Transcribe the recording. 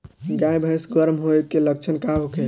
गाय भैंस गर्म होय के लक्षण का होखे?